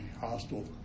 hostile